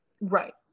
Right